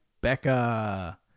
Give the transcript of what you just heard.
Becca